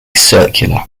circular